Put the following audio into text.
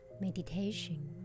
meditation